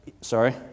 Sorry